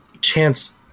chance